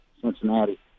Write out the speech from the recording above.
Cincinnati